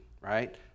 right